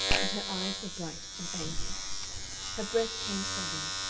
and her eyes were bright and angry her breath came sobbing,